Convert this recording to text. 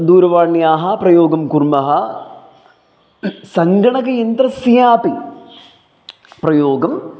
दूरवाण्याः प्रयोगं कुर्मः सङ्गणकयन्त्रस्यापि प्रयोगम्